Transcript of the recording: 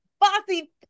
Bossy